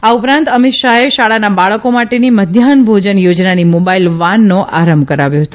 આ ઉપરાંત અમીત શાહે શાળાના બાળકો માટેની મધ્યાફન ભોજન યોજનાની મોબાઈલ વાનનો આરંભ કરાવ્યો હતો